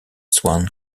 swan